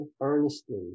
earnestly